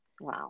Wow